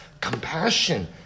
compassion